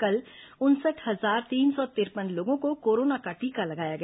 कल उनसठ हजार तीन सौ तिरपन लोगों को कोरोना का टीका लगाया गया